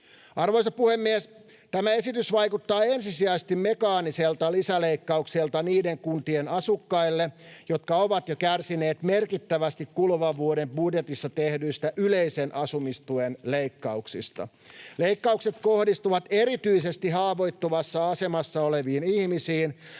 Arvoisa puhemies! Tämä esitys vaikuttaa ensisijaisesti mekaaniselta lisäleikkaukselta niiden kuntien asukkaille, jotka ovat jo kärsineet merkittävästi kuluvan vuoden budjetissa tehdyistä yleisen asumistuen leikkauksista. Leikkaukset kohdistuvat erityisesti haavoittuvassa asemassa oleviin ihmisiin,